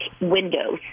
windows